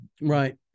right